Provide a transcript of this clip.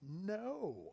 no